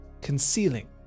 concealing